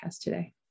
today